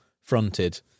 fronted